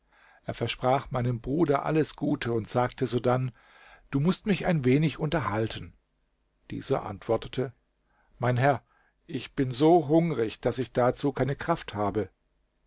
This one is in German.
er versprach meinem bruder alles gute und sagte sodann du mußt mich ein wenig unterhalten dieser antwortete mein herr ich bin so hungrig daß ich dazu keine kraft habe